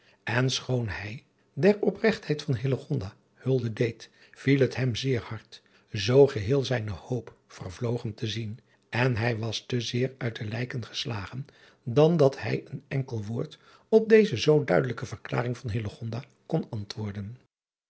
en schoon hij der opregtheid van hulde deed viel het hem zeer hard zoo geheel zijne hoop vervlogen te zien en hij was te zeer uit de lijken geslagen dan dat hij een enkel woord op deze zoo duidelijke verklaring van kon antwoorden